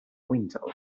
window